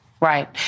Right